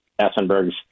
Essenberg's